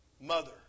mother